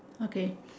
okay